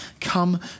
come